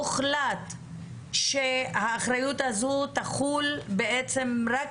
הוחלט שהאחריות הזו תחול בעצם רק